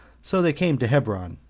so they came to hebron,